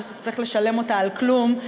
שאתה צריך לשלם אותה על כלום,